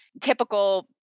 typical